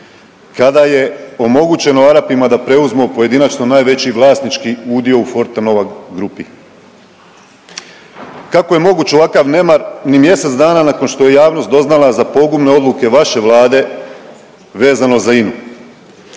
kada je omogućeno Arapima da preuzmu pojedinačno najveći vlasnički udio u Fortenova Grupi? Kako je moguće ovakav nemar ni mjesec dana nakon što je javnost doznala za pogubne odluke vaše vlade vezano za Inu?